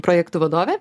projektų vadove